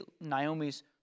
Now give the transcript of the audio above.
Naomi's